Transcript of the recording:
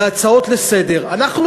להצעות לסדר-היום.